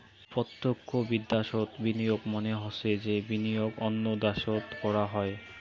প্রতক্ষ বিদ্যাশোত বিনিয়োগ মানে হসে যে বিনিয়োগ অন্য দ্যাশোত করাং হই